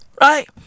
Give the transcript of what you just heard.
Right